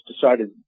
decided